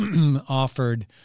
offered